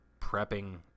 prepping